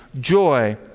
joy